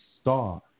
star